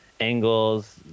angles